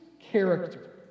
character